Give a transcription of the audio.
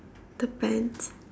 the pants